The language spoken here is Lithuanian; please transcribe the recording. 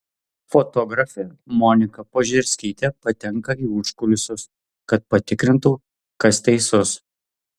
fotografė monika požerskytė patenka į užkulisius kad patikrintų kas teisus